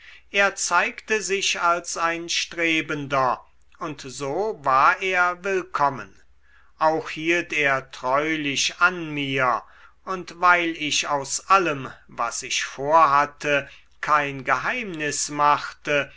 er zeigte sich als ein strebender und so war er willkommen auch hielt er treulich an mir und weil ich aus allem was ich vorhatte kein geheimnis machte